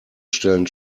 stellen